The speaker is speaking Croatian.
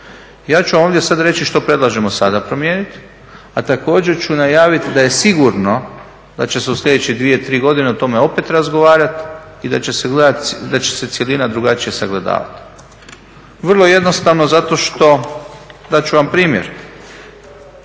Ja ću ovdje sada reći što predlažemo sada promijeniti a također ću najaviti da je sigurno da će se u sljedeće dvije, tri godine o tome opet razgovarati i da će se gledati, da će se cjelina drugačije sagledavati. Vrlo jednostavno zato što, dati ću vam primjer,